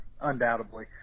undoubtedly